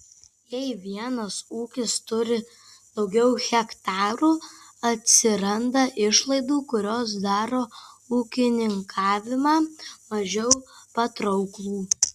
jei vienas ūkis turi daugiau hektarų atsiranda išlaidų kurios daro ūkininkavimą mažiau patrauklų